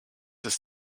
ist